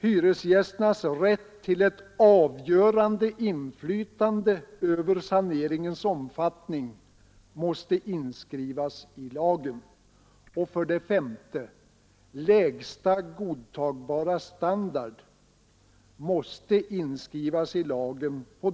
Hyresgästernas rätt till ett avgörande inflytande över saneringens omfattning måste skrivas in i lagen.